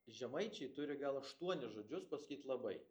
žemaičiai turi gal aštuonis žodžius pasakyt labai